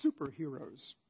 superheroes